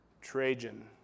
Trajan